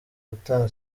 gutanga